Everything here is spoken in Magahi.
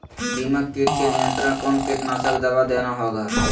दीमक किट के नियंत्रण कौन कीटनाशक दवा देना होगा?